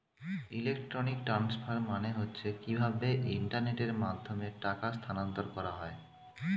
electronic transfer মানে হচ্ছে কিভাবে ইন্টারনেটের মাধ্যমে টাকা স্থানান্তর করা হয়